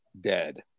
dead